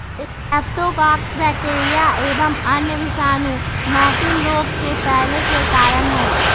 streptococcus bacteria एवं अन्य विषाणु मैटिन रोग के फैले के कारण हई